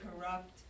corrupt